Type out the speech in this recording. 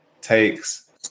takes